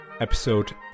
Episode